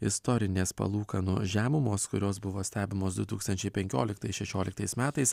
istorinės palūkanų žemumos kurios buvo stebimos du tūkstančiai penkioliktais šešioliktais metais